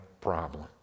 problem